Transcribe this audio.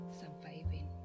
surviving